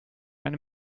eine